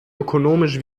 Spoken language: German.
ökonomisch